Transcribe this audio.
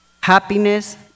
happiness